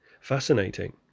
fascinating